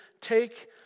take